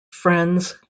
friends